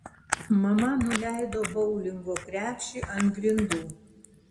mama nuleido boulingo krepšį ant grindų